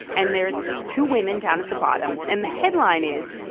and there's two women down at the bottom. and the headline is,